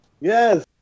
Yes